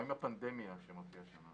מה עם הפנדמיה שמופיעה שם?